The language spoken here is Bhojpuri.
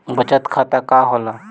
बचत खाता का होला?